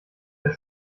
der